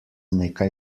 nekaj